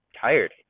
tired